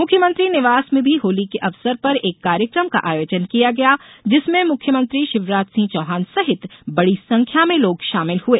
मुख्यमंत्री निवास में भी होली के अवसर पर एक कार्यक्रम का आयोजन किया गया जिसमें मुख्यमंत्री शिवराज सिंह चौहान सहित बडी संख्या में लोग शामिल हुए